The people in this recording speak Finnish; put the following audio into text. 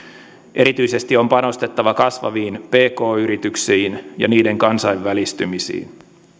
erityisesti on panostettava kasvaviin pk yrityksiin ja niiden kansainvälistymiseen